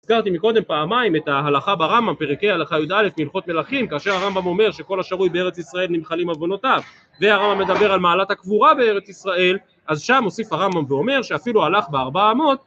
הזכרתי מקודם פעמיים את ההלכה ברמב״ם פרק ה הלכה י"א מהלכות מלכים, כאשר הרמב״ם אומר שכל השרוי בארץ ישראל נמחלים עוונותיו, והרמב״ם מדבר על מעלת הקבורה בארץ ישראל, אז שם הוסיף הרמב״ם ואומר שאפילו הלך בארבעה אמות